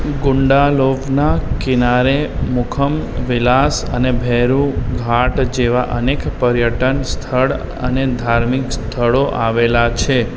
ગુંડાલોવના કિનારે મુખમ વિલાસ અને ભેરું ઘાટ જેવા અનેક પર્યટન સ્થળ અને ધાર્મિક સ્થળો આવેલાં છે